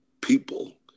people